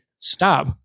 Stop